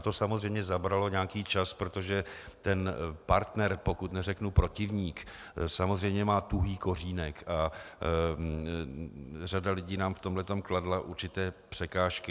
To samozřejmě zabralo nějaký čas, protože ten partner, pokud neřeknu protivník, samozřejmě má tuhý kořínek a řada lidí nám v tomhle kladla určité překážky.